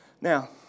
Now